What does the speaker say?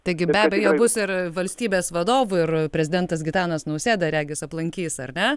taigi be abejo bus ir valstybės vadovų ir prezidentas gitanas nausėda regis aplankys ar ne